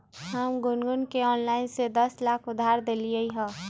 हम गुनगुण के ऑनलाइन से दस लाख उधार देलिअई ह